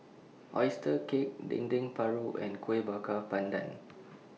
Oyster Cake Dendeng Paru and Kueh Bakar Pandan